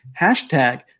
hashtag